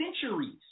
centuries